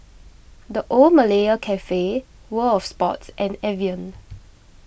the Old Malaya Cafe World of Sports and Evian